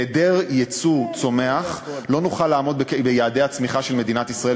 בהיעדר יצוא צומח לא נוכל לעמוד ביעדי הצמיחה של מדינת ישראל,